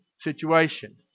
situation